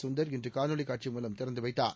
சுந்தர் இன்று காணொலிக் காட்சி மூலம் திறந்து வைத்தார்